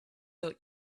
out